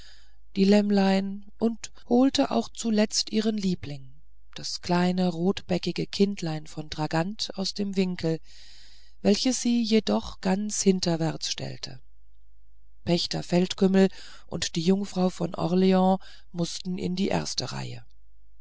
die lämmerchen und holte auch zuletzt ihren liebling das kleine rotbäckige kindlein von dragant aus dem winkel welches sie jedoch ganz hinterwärts stellte pachter feldkümmel und die jungfrau von orleans mußten in die erste reihe